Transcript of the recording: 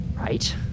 Right